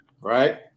right